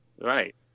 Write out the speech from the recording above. Right